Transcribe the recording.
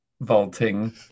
vaulting